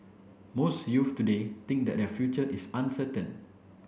most youth today think that their future is uncertain